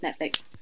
Netflix